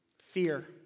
fear